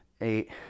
eight